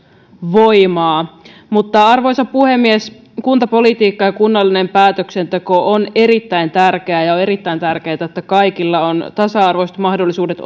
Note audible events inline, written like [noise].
voimaa arvoisa puhemies kuntapolitiikka ja kunnallinen päätöksenteko on erittäin tärkeää ja on erittäin tärkeätä että kaikilla on tasa arvoiset mahdollisuudet [unintelligible]